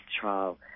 trial